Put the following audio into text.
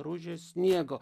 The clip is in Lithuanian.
rudžiui sniego